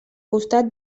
costat